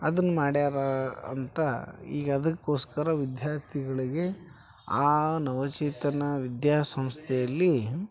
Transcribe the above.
ಅದನ್ನು ಮಾಡ್ಯಾರೆ ಅಂತ ಈಗ ಅದಕ್ಕೋಸ್ಕರ ವಿದ್ಯಾರ್ಥಿಗಳಿಗೆ ಆ ನವಚೇತನ ವಿದ್ಯಾ ಸಂಸ್ಥೆಯಲ್ಲಿ